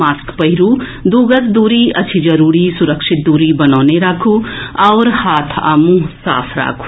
mask पहिरू दू गज दूरी अछि जरूरी सुरक्षित दूरी बनौने राखू आओर हाथ आ मुंह साफ राखू